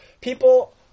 People